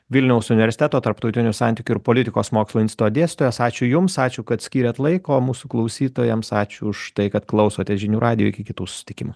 vilniaus universiteto tarptautinių santykių ir politikos mokslų instituto dėstytojas ačiū jums ačiū kad skyrėt laiko mūsų klausytojams ačiū už tai kad klausotės žinių radijo iki kitų susitikimų